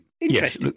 Yes